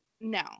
No